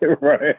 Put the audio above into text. Right